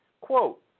Quote